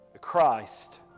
Christ